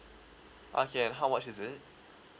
okay and how much is it